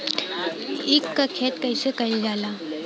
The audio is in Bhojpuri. ईख क खेती कइसे कइल जाला?